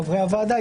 חברי הוועדה,